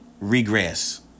regress